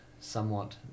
somewhat